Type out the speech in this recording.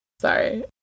Sorry